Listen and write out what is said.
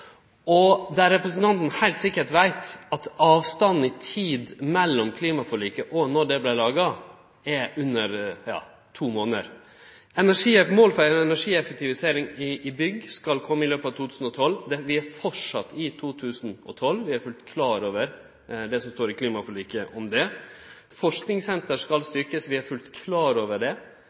og representanten veit heilt sikkert at avstanden i tid mellom klimaforliket og då statsbudsjettet vart laga er under to månader. Eit mål for energieffektivisering i bygg skal kome i løpet av 2012. Vi er framleis i 2012. Vi er fullt klar over det som står i klimaforliket om det. Forskingssenter skal styrkjast – vi er fullt klar over det.